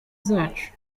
zacu